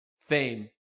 Fame